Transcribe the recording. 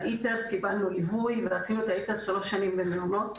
קיבלנו ליווי ועשינו שלוש שנים במעונות.